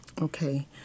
Okay